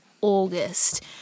August